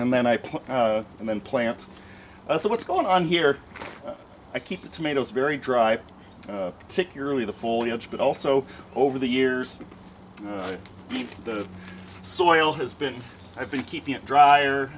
i and then plant so what's going on here i keep the tomatoes very dry particularly the foliage but also over the years the soil has been i've been keeping it drier